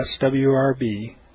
swrb